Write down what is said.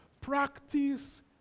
Practice